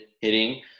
hitting